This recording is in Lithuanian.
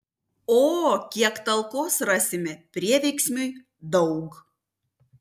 o kiek talkos rasime prieveiksmiui daug